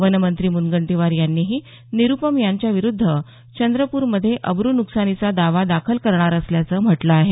वनमंत्री मुनगंटीवार यांनीही निरूपम यांच्या विरूद्ध चंद्रपूरमध्ये अब्रून्कसानीचा दावा दाखल करणार असल्याचं म्हटलं आहे